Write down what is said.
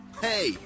Hey